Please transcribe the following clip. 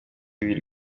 ibiri